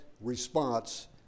response